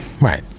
right